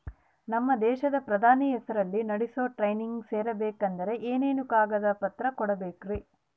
ನಮ್ಮ ದೇಶದ ಪ್ರಧಾನಿ ಹೆಸರಲ್ಲಿ ನಡೆಸೋ ಟ್ರೈನಿಂಗ್ ಸೇರಬೇಕಂದರೆ ಏನೇನು ಕಾಗದ ಪತ್ರ ನೇಡಬೇಕ್ರಿ?